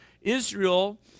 Israel